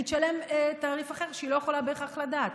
היא תשלם תעריף אחר שהיא לא יכולה בהכרח לדעת,